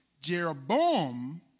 Jeroboam